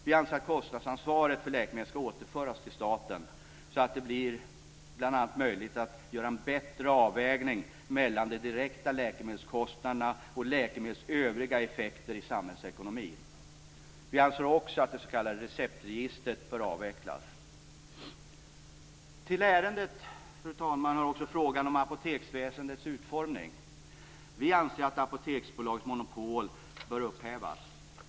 Vi anser att kostnadsansvaret för läkemedel skall återföras till staten, så att det bl.a. blir möjligt att göra en bättre avvägning mellan de direkta läkemedelskostnaderna och läkemedlens övriga effekter på samhällsekonomin. Vi anser också att det s.k. receptregistret bör avvecklas. Till ärendet hör, fru talman, också frågan om apoteksväsendets utformning. Vi anser att Apoteksbolagets monopol bör upphävas.